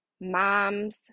moms